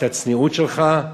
את הצניעות שלך,